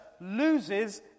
loses